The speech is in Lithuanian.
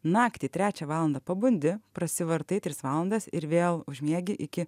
naktį trečią valandą pabundi prasivartai tris valandas ir vėl užmiegi iki